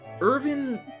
Irvin